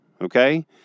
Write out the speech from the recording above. Okay